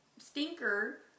stinker